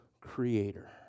Creator